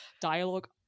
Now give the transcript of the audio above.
dialogue